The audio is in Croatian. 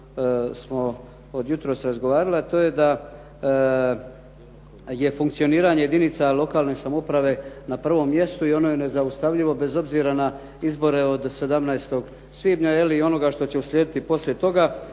smo od jutros razgovarali a to je da je funkcioniranje jedinica lokalne samouprave na prvom mjestu i ono je nezaustavljivo bez obzira na izbore od 17. svibnja je li i onoga što će uslijediti poslije toga,